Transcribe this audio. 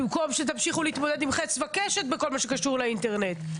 במקום שתמשיכו להתמודד עם חץ וקשת בכל מה שקשור לאינטרנט.